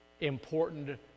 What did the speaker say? important